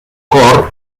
cor